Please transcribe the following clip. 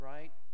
Right